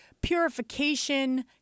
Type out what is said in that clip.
purification